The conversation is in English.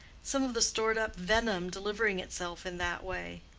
some of the stored-up venom delivering itself in that way.